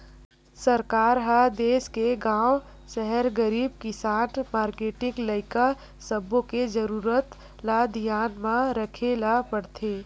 सरकार ह देस के गाँव, सहर, गरीब, किसान, मारकेटिंग, लइका सब्बो के जरूरत ल धियान म राखे ल परथे